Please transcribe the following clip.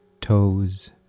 toes